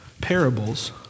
parables